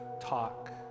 talk